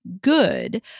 good